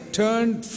turned